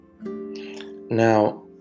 now